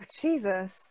Jesus